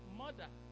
mother